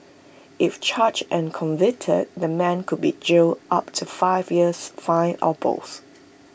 if charged and convicted the man could be jailed up to five years fined or both